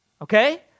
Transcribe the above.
okay